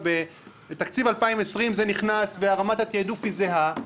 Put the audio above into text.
ובתקציב 2020 זה נכנס ורמת התעדוף היא זהה,